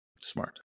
Smart